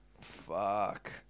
Fuck